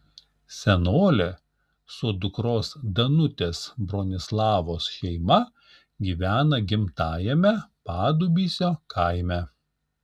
senolė su dukros danutės bronislavos šeima gyvena gimtajame padubysio kaime